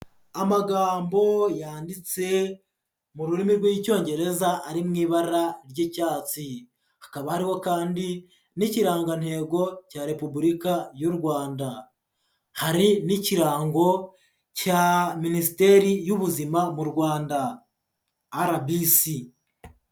Amagambo yanditse mu rurimi rw'Icyongereza ari mu ibara ry'icyatsi, hakaba hariho kandi n'ikirangantego cya Repubulika y'u Rwanda. Hari n'ikirango cya Minisiteri y'Ubuzima mu Rwanda RBC.